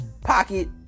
pocket